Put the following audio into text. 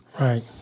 Right